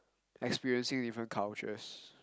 experiencing different cultures